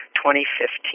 2015